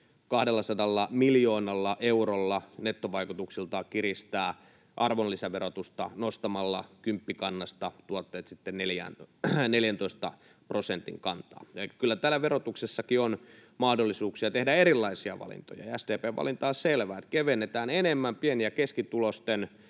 200 miljoonalla eurolla kiristää arvonlisäverotusta nostamalla tuotteet kymppikannasta 14 prosentin kantaan. Kyllä täällä verotuksessakin on mahdollisuuksia tehdä erilaisia valintoja. SDP:n valinta on selvä: kevennetään enemmän pieni- ja keskituloisten